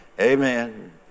Amen